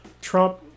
Trump